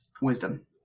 wisdom